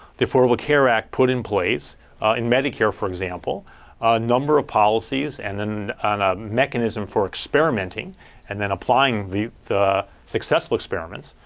the affordable care act put in place in medicare, for example, a number of policies and then and a mechanism for experimenting and then applying the the successful experiments.